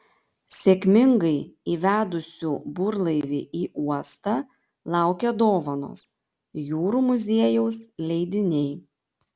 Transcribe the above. sėkmingai įvedusių burlaivį į uostą laukia dovanos jūrų muziejaus leidiniai